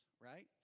right